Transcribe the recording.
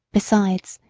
besides,